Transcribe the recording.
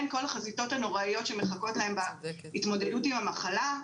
כל החזיתות הנוראות שמחכות להם בהתמודדות עם המחלה.